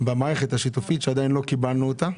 במערכת השיתופית שעדיין לא קיבלו אותה.